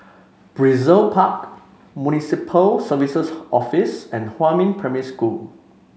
Brizay Park Municipal Services Office and Huamin Primary School